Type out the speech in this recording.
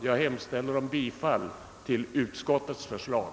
Jag hemställer om bifall till utskottets förslag.